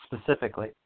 specifically